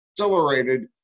accelerated